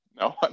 No